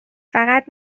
فقط